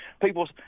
people's